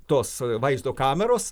tos vaizdo kameros